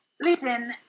Listen